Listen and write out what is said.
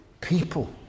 people